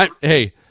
hey